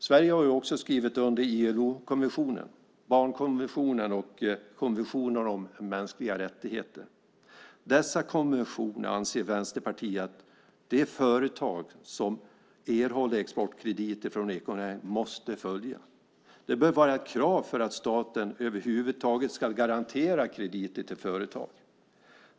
Sverige har skrivit under ILO-konventionen, barnkonventionen och konventionen om mänskliga rättigheter. Dessa konventioner anser Vänsterpartiet att de företag som erhåller exportkrediter från EKN måste följa. Det bör vara ett krav för att staten över huvud taget ska garantera krediter till företag.